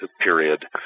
Period